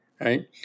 Right